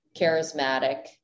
charismatic